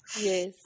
Yes